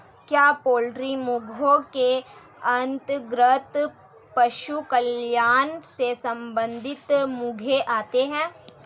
क्या पोल्ट्री मुद्दों के अंतर्गत पशु कल्याण से संबंधित मुद्दे आते हैं?